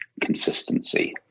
consistency